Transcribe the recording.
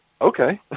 Okay